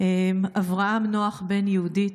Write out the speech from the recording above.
אברהם נוח בן יהודית.